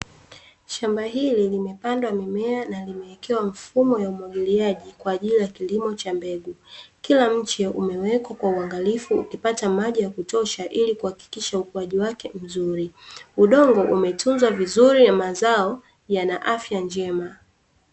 Shamba hili limepandwa mimea na limewekewa mfumo wa umwagiliaji kwa ajili ya kilimo cha mbegu, kila mche umewekwa kwa uangalifu kupata maji ya kutosha na kuhakikisha ukuaji wake mzuri, udogo umetunzwa vizuri mazao yana afya njema.